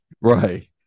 Right